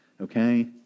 okay